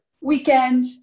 weekend